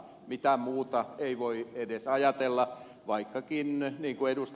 mitään muuta ei voi edes ajatella vaikkakin niin kuin ed